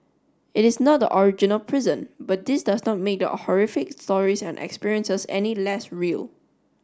it is not the original prison but this does not make the horrific stories and experiences any less real